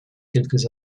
quelques